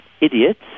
idiots